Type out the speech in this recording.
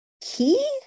key